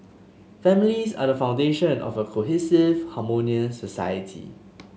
families are the foundation of a cohesive harmonious society